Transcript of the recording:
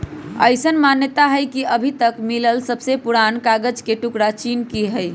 अईसन मानता हई कि अभी तक मिलल सबसे पुरान कागज के टुकरा चीन के हई